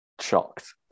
shocked